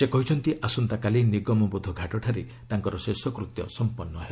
ସେ କହିଛନ୍ତି ଆସନ୍ତାକାଲି ନିଗମବୋଧ ଘାଟଠାରେ ତାଙ୍କର ଶେଷକୃତ୍ୟ ସମ୍ପନ୍ନ ହେବ